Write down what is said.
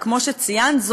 וכמו שציינת,